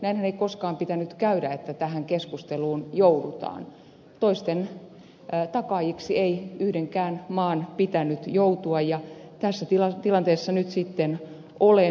näinhän ei koskaan pitänyt käydä että tähän keskusteluun joudutaan toisten takaajiksi ei yhdenkään maan pitänyt joutua mutta tässä tilanteessa nyt sitten olemme